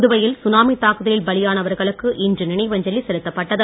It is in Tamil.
புதுவையில் சுனாமி தாக்குதலில் பலியானவர்களுக்கு இன்று நினைவஞ்சலி செலுத்தப்பட்டது